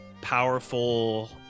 powerful